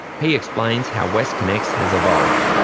he explains how westconnex has evolved.